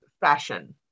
fashion